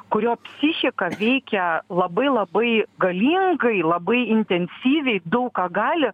kurio psichika veikia labai labai galingai labai intensyviai daug ką gali